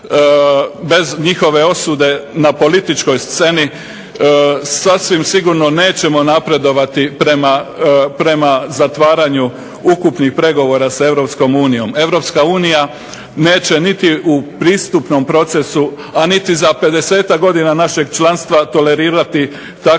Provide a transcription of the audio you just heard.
bez njihove osude na političkoj sceni sasvim sigurno nećemo napredovati prema zatvaranju ukupnih pregovora sa Europskom unijom. Europska unija neće niti u pristupnom procesu, a niti za 50-tak godina našeg članstva tolerirati takva